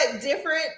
different